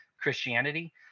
Christianity